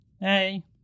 Hey